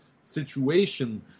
situation